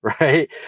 right